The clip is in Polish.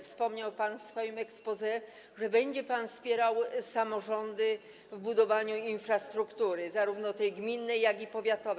Wspomniał pan w swoim exposé, że będzie pan wspierał samorządy w budowaniu infrastruktury - zarówno tej gminnej, jak i powiatowej.